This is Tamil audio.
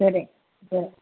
சரி